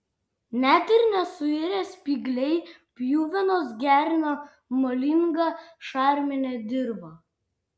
net ir nesuirę spygliai pjuvenos gerina molingą šarminę dirvą